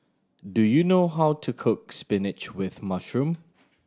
do you know how to cook spinach with mushroom